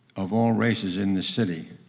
of all races in the city.